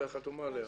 שגם את חתומה עליה?